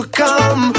come